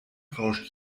rauscht